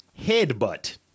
Headbutt